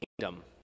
kingdom